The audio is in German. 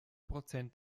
prozent